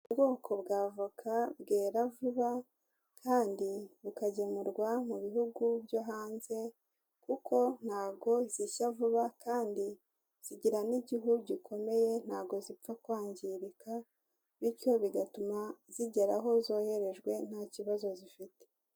Ubwoko bwa avoka bwera vuba kandi bukagemurwa mu bihugu byo hanze kuko ntabwo zishya vuba kandi zigira n'igihugu gikomeye ntabwo zipfa kwangirika, bityo bigatuma zigera aho zoherejwe nta kibazo zifite.